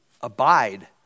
Abide